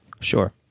Sure